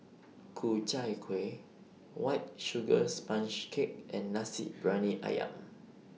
Ku Chai Kueh White Sugar Sponge Cake and Nasi Briyani Ayam